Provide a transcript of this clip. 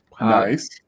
Nice